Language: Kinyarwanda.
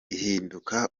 ihinduka